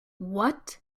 what